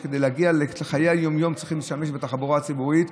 אשר כדי להגיע בחיי היום-יום צריכים להשתמש בתחבורה הציבורית,